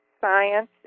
science